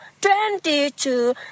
twenty-two